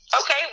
Okay